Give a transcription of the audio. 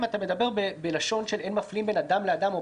אם אתה מדבר בלשון שאין מפלים בין אדם לאדם או